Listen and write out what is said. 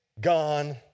gone